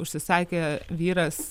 užsisakė vyras